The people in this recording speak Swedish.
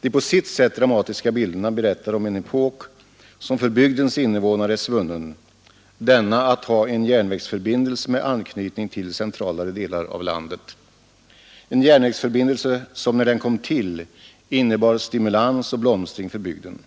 De på sitt sätt dramatiska bilderna berättar om en epok som för bygdens invånare är svunnen, denna att ha en järnvägsförbindelse med anknytning till centralare delar av landet, en järnvägsförbindelse som när den kom till innebar stimulans och blomstring för bygden.